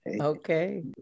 Okay